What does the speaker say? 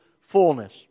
fullness